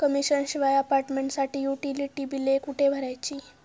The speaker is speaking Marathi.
कमिशन शिवाय अपार्टमेंटसाठी युटिलिटी बिले कुठे भरायची?